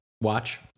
watch